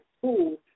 school